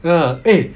!wah! eh